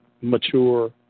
mature